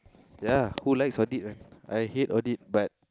ya who likes audit right I hate audit but